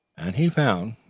and he found,